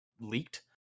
leaked